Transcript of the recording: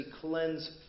cleanse